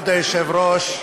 כבוד היושב-ראש,